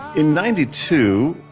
in ninety two,